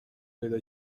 پیدا